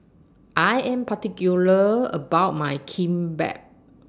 I Am particular about My Kimbap